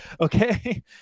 okay